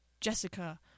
Jessica